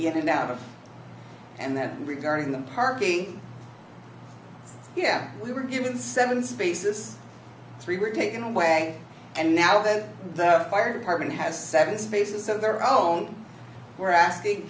in and out of and that regarding the parking yeah we were given seven spaces three were taken away and now that the fire department has seven spaces of their own we're asking